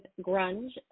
grunge